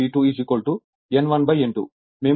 auto transformer కోసం K V1 V2 N1N2